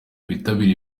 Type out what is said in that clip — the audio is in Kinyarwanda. bitabira